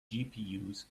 gpus